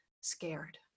scared